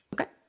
Okay